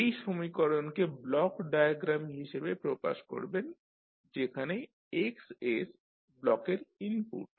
এই সমীকরণকে block diagram হিসাবে প্রকাশ করবেন যেখানে X ব্লকের ইনপুট